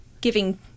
giving